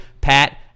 Pat